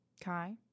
Kai